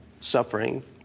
suffering